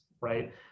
right